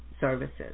services